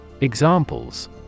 Examples